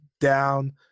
down